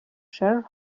sheer